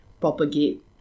propagate